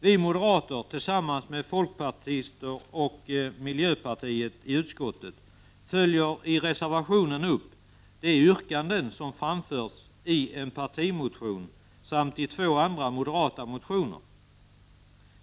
Vi moderater tillsammans med företrädare för folkpartiet och miljöpartiet i utskottet följer i reservationen upp de yrkanden som framförts i en partimotion samt i två andra moderata motioner.